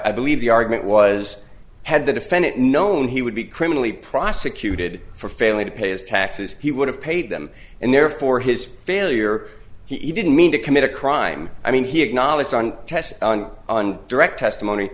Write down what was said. i believe the argument was had the defendant known he would be criminally prosecuted for failing to pay his taxes he would have paid them and therefore his failure he didn't mean to commit a crime i mean he acknowledged on test on direct testimony